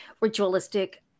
ritualistic